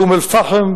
באום-אל-פחם,